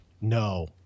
No